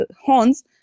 horns